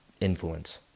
influence